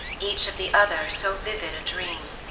each of the other so vivid a dream,